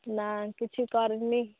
ନା କିଛି କରିନି